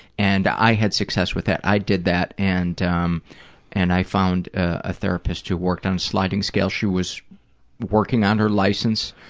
and i had success with that. i did that, and um and i found a therapist who worked on sliding scale. she was working on her license,